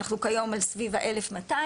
אנחנו כיום על סביב ה-1,200.